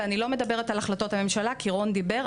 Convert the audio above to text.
ואני לא מדברת על החלטות הממשלה כי רון דיבר,